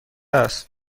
است